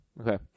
Okay